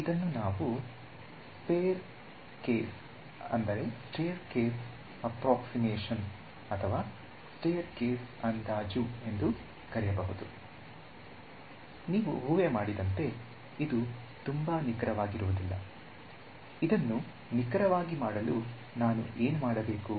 ಇದನ್ನು ನಾವು staircase ಅಂದಾಜು ಎಂದು ಕರೆಯಬಹುದು ನೀವು ಊಹೆ ಮಾಡಿದಂತೆ ಇದು ತುಂಬಾ ನಿಖರವಾಗಿರುವುದಿಲ್ಲ ಇದನ್ನು ನಿಖರವಾಗಿ ಮಾಡಲು ನಾನು ಏನು ಮಾಡಬೇಕು